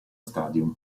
stadium